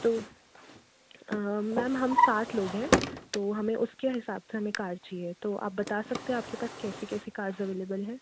तो मैम हम सात लोग हैं तो हमें उसके हिसाब से हमें कार चाहिए तो आप बाता सकते हो आपके पास कैसी कैसी कार्स अवैलेबल हैं